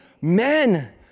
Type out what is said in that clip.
men